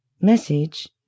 Message